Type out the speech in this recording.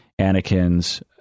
Anakin's